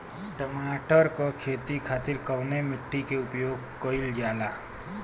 टमाटर क खेती खातिर कवने मिट्टी के उपयोग कइलजाला?